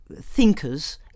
thinkers